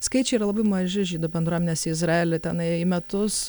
skaičiai yra labai maži žydų bendruomenės į izraelį tenai į metus